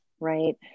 right